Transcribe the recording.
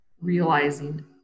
realizing